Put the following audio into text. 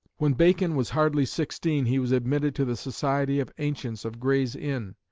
when bacon was hardly sixteen he was admitted to the society of ancients of gray's inn,